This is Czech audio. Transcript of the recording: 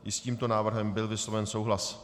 I s tímto návrhem byl vysloven souhlas.